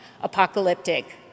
apocalyptic